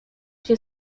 się